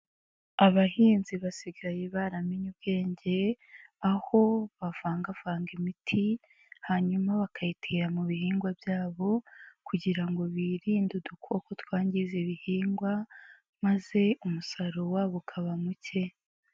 Abahinzi basigaye baramenye ubwenge aho bavangavanga imiti hanyuma bakayitera mu bihingwa byabo kugira ngo birinde udukoko twangiza ibihingwa maze umusaruro wabo ukaba muke.